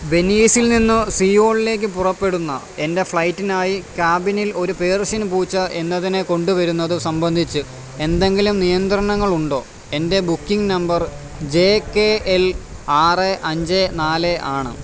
വെനീസിൽ നിന്ന് സിയോളിലേക്ക് പുറപ്പെടുന്ന എൻ്റെ ഫ്ലൈറ്റിനായി കാബിനിൽ ഒരു പേർഷ്യൻ പൂച്ച എന്നതിനെ കൊണ്ട് വരുന്നത് സംബന്ധിച്ച് എന്തെങ്കിലും നിയന്ത്രണങ്ങളുണ്ടോ എൻ്റെ booking number J K L ആറ് അഞ്ച് നാല് ആണ്